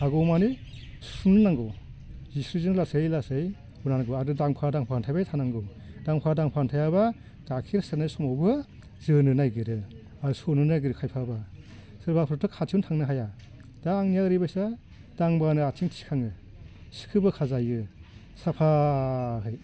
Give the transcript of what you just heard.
हागौ मानि सुफुंनो नांगौ जिस्रिजों लासै लासै हुनांगौ आरो दांफा दांफा आनथाइ बाय थानांगौ दांफा दाफा थायाबा गायखेर सेरनाय समावबो जोनो नागिरो आरो सौनो नागिरो खायफाबा सोरबाफोरथ' खाथियावनो थांनो हाया दा आंनिया ओरैबायसा दांबानो आथिं थिखाङो सिखो बोखाजायो साफायै